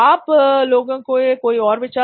आप लोगों के कोई और विचार